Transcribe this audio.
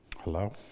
Hello